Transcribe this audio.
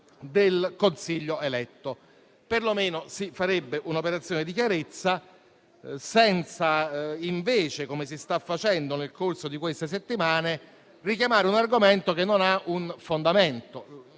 del Consiglio eletto. Perlomeno, si farebbe un'operazione di chiarezza, senza invece, come si sta facendo nel corso di queste settimane, richiamare un argomento che non ha un fondamento.